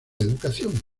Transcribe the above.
educación